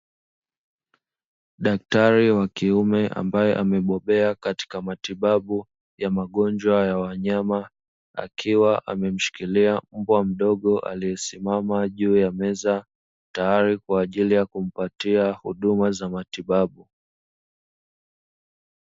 Daktari wa kiume ambaye amebobea katika matibabu ya magonjwa ya wanyama akiwa amemshikilia mbwa mdogo, aliyesimama juu ya meza tayari kwa ajili ya kumpatia huduma za matibabu.